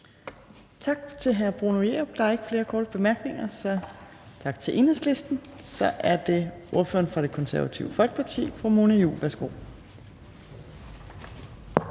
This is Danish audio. Tak til hr. Bruno Jerup. Der er ikke flere korte bemærkninger, så tak til Enhedslisten. Så er det ordføreren for Det Konservative Folkeparti, fru Mona Juul. Værsgo.